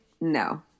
no